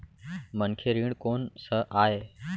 मनखे ऋण कोन स आय?